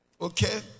Okay